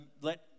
let